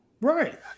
Right